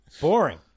Boring